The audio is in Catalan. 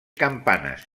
campanes